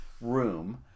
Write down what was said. room